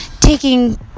taking